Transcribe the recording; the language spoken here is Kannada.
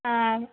ಹಾಂ